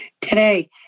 today